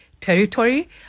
territory